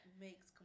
makes